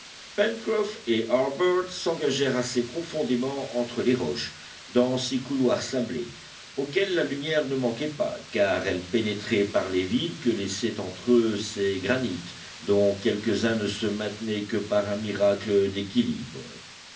et harbert s'engagèrent assez profondément entre les roches dans ces couloirs sablés auxquels la lumière ne manquait pas car elle pénétrait par les vides que laissaient entre eux ces granits dont quelques-uns ne se maintenaient que par un miracle d'équilibre